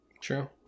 true